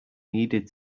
needed